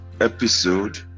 episode